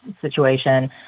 situation